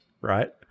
Right